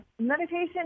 meditation